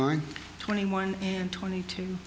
line twenty one and twenty two